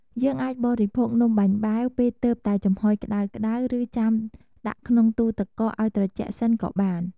យើងអាចបរិភោគនំបាញ់បែវពេលទើបតែចំហុយក្ដៅៗ ឬចាំដាក់ក្នុងទូទឹកកកឱ្យត្រជាក់សិនក៏បាន។